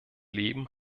leben